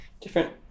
different